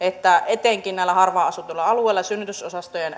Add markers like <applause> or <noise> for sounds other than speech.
että etenkin näillä harvaan asutuilla alueilla synnytysosastojen <unintelligible>